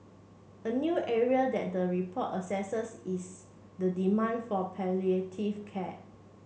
a new area that the report assesses is the demand for palliative care